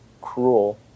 cruel